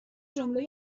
جمله